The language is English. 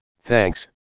Thanks